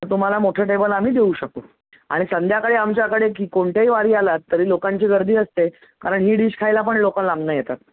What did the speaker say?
तर तुम्हाला मोठं टेबल आम्ही देऊ शकू आणि संध्याकाळी आमच्याकडे की कोणत्याही वारी आलात तरी लोकांची गर्दी असते कारण ही डिश खायला पण लोकं लांबनं येतात